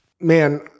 Man